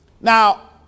Now